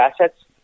assets